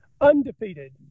undefeated